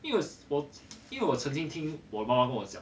因为我因为我曾经听我妈妈跟我讲